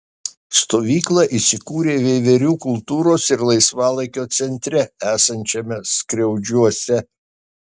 stovykla įsikūrė veiverių kultūros ir laisvalaikio centre esančiame skriaudžiuose